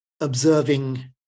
observing